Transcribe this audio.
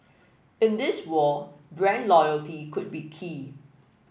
in this war brand loyalty could be key